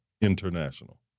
International